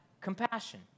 compassion